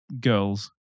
girls